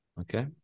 Okay